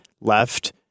left